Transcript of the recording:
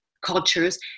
cultures